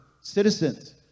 citizens